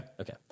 Okay